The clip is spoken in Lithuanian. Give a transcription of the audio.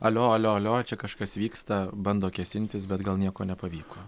alio alio alio čia kažkas vyksta bando kėsintis bet gal nieko nepavyko